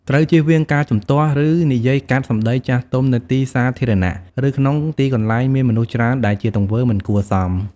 ត្រូវជៀសវាងការជំទាស់ ឬនិយាយកាត់សម្ដីចាស់ទុំនៅទីសាធារណៈ ឬក្នុងទីកន្លែងមានមនុស្សច្រើន ដែលជាទង្វើមិនគួរសម។